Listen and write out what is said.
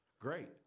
Great